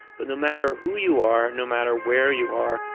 so no matter who you are, no matter where you are,